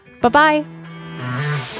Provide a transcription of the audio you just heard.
Bye-bye